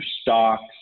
stocks